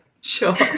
sure